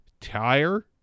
Tire